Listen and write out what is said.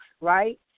right